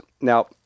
Now